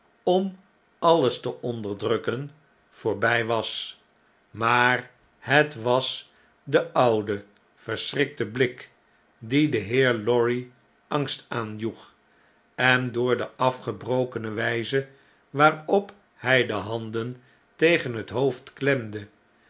om alles te onderdrukken voorbg was maar het was de oude verschrikte blik die den heer lorry angst aanjoeg en door de afgebrokene wu'ze waarop hij de handen tegen het hoofd klemde